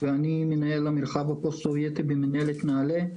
מנהל המרחב הפוסט סובייטי במנהלת נעל"ה.